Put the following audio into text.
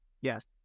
Yes